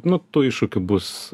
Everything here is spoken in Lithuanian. nu tų iššūkių bus